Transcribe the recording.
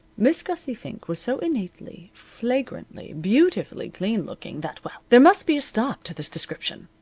miss gussie fink was so innately, flagrantly, beautifully clean-looking that well, there must be a stop to this description.